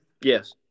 Yes